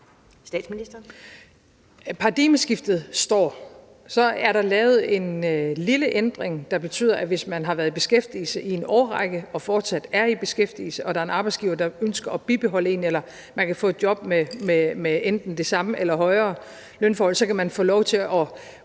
Paradigmeskiftet består. Der er så lavet en lille ændring, der betyder, at hvis man har været i beskæftigelse i en årrække og fortsat er i beskæftigelse og der er en arbejdsgiver, der ønsker at bibeholde en, eller man kan få et job med enten samme eller højere lønforhold, kan man få lov til at